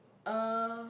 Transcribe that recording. uh